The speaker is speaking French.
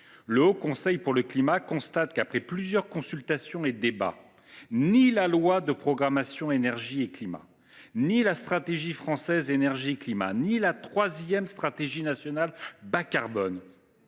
le Haut Conseil pour le climat constate qu’après plusieurs consultations et débats, ni la loi de programmation énergie et climat, ni la stratégie française énergie et climat, ni la troisième stratégie nationale bas carbone,